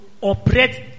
operate